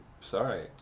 Sorry